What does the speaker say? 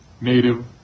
native